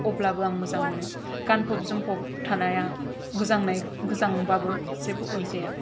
अब्लाबो आं मोजां मोनो गानफब जोमफब थानाया गोजांनाय गोजांबाबो जेबो अरजाया